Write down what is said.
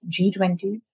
G20